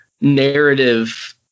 narrative